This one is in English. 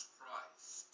Christ